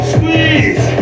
Squeeze